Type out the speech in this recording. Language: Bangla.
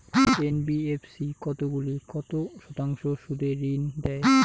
এন.বি.এফ.সি কতগুলি কত শতাংশ সুদে ঋন দেয়?